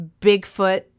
Bigfoot